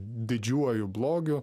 didžiuoju blogiu